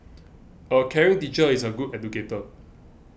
a caring teacher is a good educator